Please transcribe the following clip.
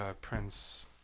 Prince